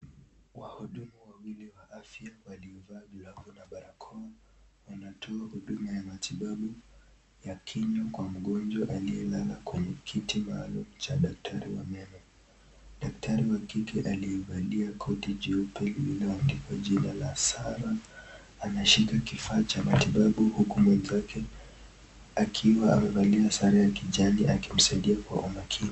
Wahudumu wawili wa afya waliovaa glovu na barakoa wanatoa huduma ya matibabu ya kinywa kwa mgonjwa aliyelala kwenye kiti maalum cha daktari wa meno. Daktari wa kike aliyevaa koti nyeupe lililoandikwa jina la Sara, anashika kifaa cha matibabu huku mwenzake akiwa amevalia sare za kijani akimsaidia kwa umakini.